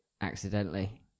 accidentally